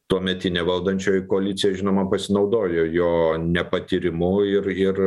tuometinė valdančioji koalicija žinoma pasinaudojo jo nepatyrimu ir ir